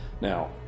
Now